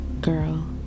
Girl